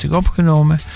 opgenomen